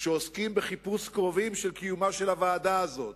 שעוסקים בחיפוש קרובים של קיומה של הוועדה הזו,